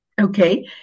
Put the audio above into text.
Okay